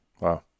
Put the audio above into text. Wow